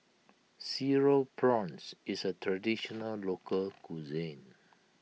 Cereal Prawns is a Traditional Local Cuisine